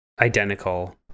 identical